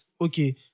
okay